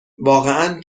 واقعا